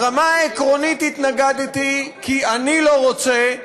ברמה העקרונית התנגדתי כי אני לא רוצה,